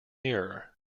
nearer